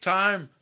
time